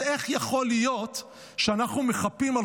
אז איך יכול להיות שאנחנו מחפים על